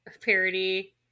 parody